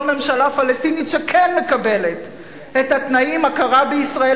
ממשלה פלסטינית שכן מקבלת את התנאים: הכרה בישראל,